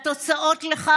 והתוצאות של זה,